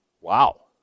Wow